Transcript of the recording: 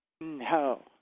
No